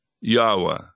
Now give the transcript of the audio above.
Yahweh